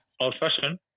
Old-fashioned